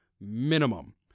minimum